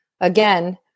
again